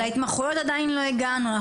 להתמחויות עדיין לא הגענו,